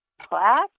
Class